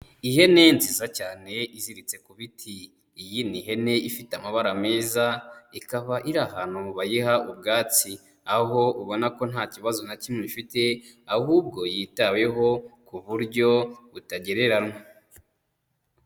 Ihene nziza cyane iziritse ku biti. Iyi ni ihene ifite amabara meza ikaba iri ahantu bayiha ubwatsi, aho ubona ko nta kibazo na kimwe ifite ahubwo yitaweho ku buryo butagereranywa.